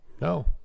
No